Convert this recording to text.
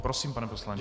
Prosím, pane poslanče.